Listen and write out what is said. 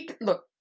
Look